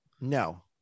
No